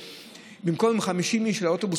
במקום עם 50 איש באוטובוס,